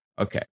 Okay